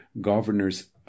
governors